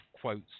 quotes